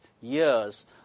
years